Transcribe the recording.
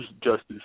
Justice